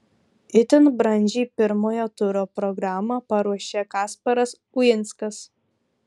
itin brandžiai pirmojo turo programą paruošė kasparas uinskas